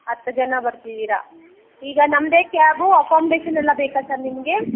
ಹತ್ತು ಜನ ಬರ್ತಿದ್ದೀರಾ ಈಗ ನಮ್ಮದೇ ಕ್ಯಾಬು ಅಕೋಮ್ಡೇಶನ್ ಎಲ್ಲ ಬೇಕಾ ಸರ್ ನಿಮಗೆ